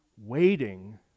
waiting